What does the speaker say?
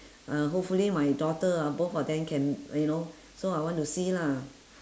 uh hopefully my daughter ah both of them can you know so I want to see lah